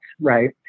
right